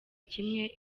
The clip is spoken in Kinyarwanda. kimwe